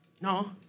No